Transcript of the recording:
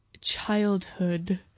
childhood